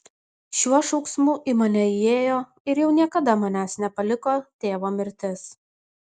šiuo šauksmu į mane įėjo ir jau niekada manęs nepaliko tėvo mirtis